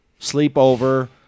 sleepover